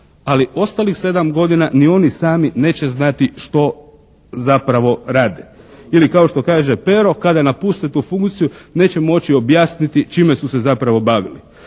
ali ostalih 7 godina ni oni sami neće znati što zapravo rade ili kao što kaže Pero kada napuste tu funkciju neće moći objasniti čime su se zapravo bavili.